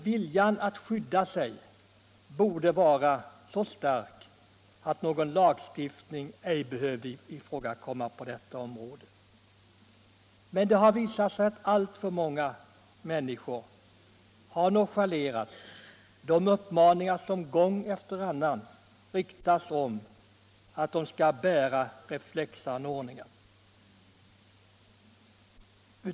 Viljan att skydda sig borde vara så stark att någon lagstiftning inte behövdes på detta område. Men det har visat sig att alltför många människor har nonchalerat de uppmaningar som gång efter annan har riktats till dem om att de skall bära reflexanordningar.